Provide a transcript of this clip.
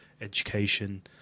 education